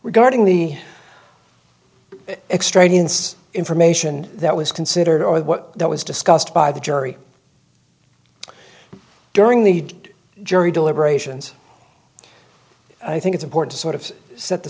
regarding the extraneous information that was considered or what was discussed by the jury during the jury deliberations i think it's important to sort of set the